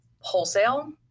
wholesale